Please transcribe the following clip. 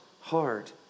hard